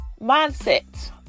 mindset